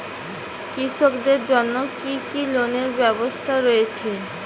কৃষকদের জন্য কি কি লোনের ব্যবস্থা রয়েছে?